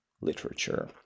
literature